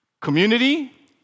Community